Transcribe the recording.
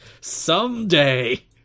someday